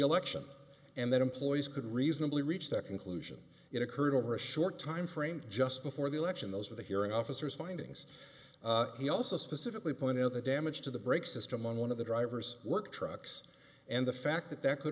election and that employees could reasonably reach that conclusion that occurred over a short time frame just before the election those with a hearing officers findings he also specifically pointed out the damage to the brake system on one of the drivers work trucks and the fact that that could